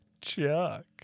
Chuck